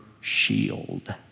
shield